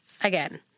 again